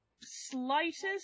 slightest